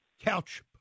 Couch